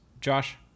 Josh